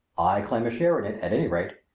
i claim a share in it at any rate.